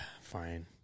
Fine